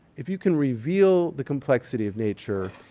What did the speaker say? if you can reveal the complexity of nature,